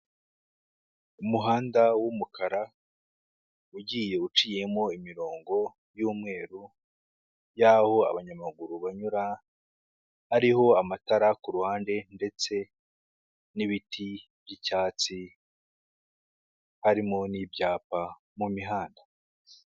Umuhanda w'umukara ugiye uciyemo imirongo y'umweru y'aho abanyamaguru banyura, hariho amatara ku ruhande ndetse n'ibiti by'icyatsi, harimo n'ibyapa mu mihanda.